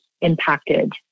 impacted